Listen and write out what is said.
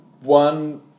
One